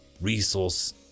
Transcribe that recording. resource